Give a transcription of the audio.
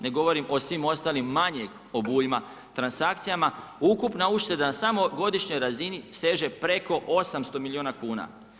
Ne govorim o svim ostalim manjeg obujma transakcijama, ukupna ušteda na samo godišnjoj razini seže preko 800 milijuna kuna.